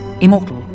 immortal